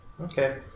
okay